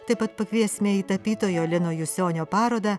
taip pat pakviesime į tapytojo lino jusionio parodą